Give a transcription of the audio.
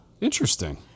Interesting